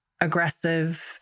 aggressive